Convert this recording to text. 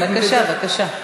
בבקשה, בבקשה.